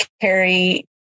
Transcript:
carry